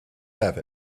have